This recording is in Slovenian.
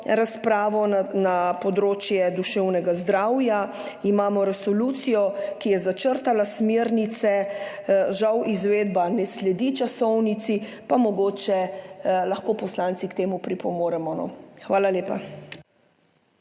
razprave s področja duševnega zdravja. Imamo resolucijo, ki je začrtala smernice, žal izvedba ne sledi časovnici, pa mogoče lahko poslanci pripomoremo k temu. Hvala lepa.